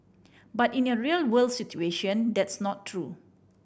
but in a real world situation that's not true